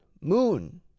moon